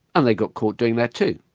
and they got caught doing that too.